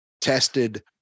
tested